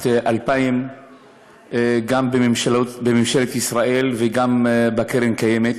2000 גם בממשלת ישראל וגם בקרן הקיימת,